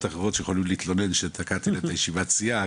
אחרות שיכולים להתלונן שתקעתי להם את ישיבת הסיעה,